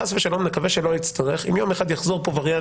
חס ושלום נקווה שלא נצטרך אם יום אחד יחזור וריאנט